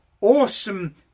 awesome